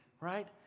right